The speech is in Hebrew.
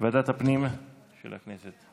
ועדת הפנים של הכנסת.